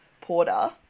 Porter